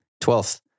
Twelfth